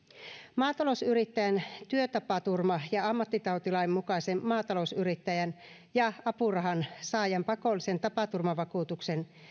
maatalousyrittäjän työtapaturma ja ammattitautilain mukaisen maatalousyrittäjän ja apurahansaajan pakollisen tapaturmavakuutuksen